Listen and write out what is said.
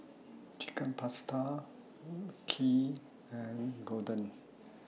Chicken Pasta Kheer and Gyudon